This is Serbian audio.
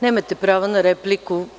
Nemate prava na repliku.